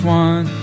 one